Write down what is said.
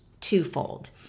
twofold